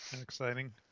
Exciting